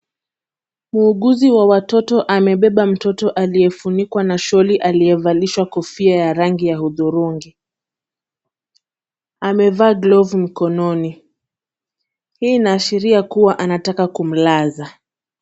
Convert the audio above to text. Muuguzi wa watoto amebeba mtoto aliyefunikwa na sholi, aliyevalishwa kofia ya rangi ya hudhurungi, amevaa glovu mkononi. Hii inaashiria kuwa anataka kumlaza.